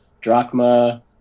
Drachma